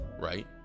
right